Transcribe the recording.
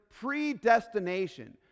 predestination